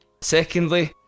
Secondly